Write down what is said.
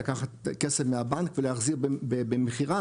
לקחת כסף מהבנק ולהחזיר במכירה,